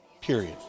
Period